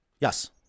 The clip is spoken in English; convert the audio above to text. Yes